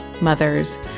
mothers